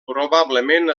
probablement